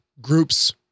groups